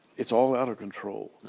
it's all out of control.